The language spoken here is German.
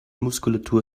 muskulatur